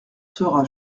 sera